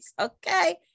Okay